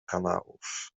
kanałów